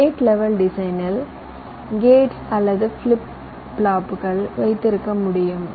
gate level டிசைனில் gates அல்லது flip ஃப்ளாப்புகளை வைத்திருக்க முடியும்